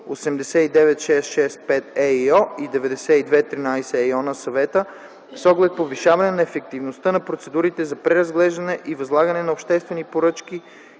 89/665/ЕИО и 92/13/ЕИО на Съвета с оглед повишаване на ефективността на процедурите за преразглеждане при възлагане на обществени поръчки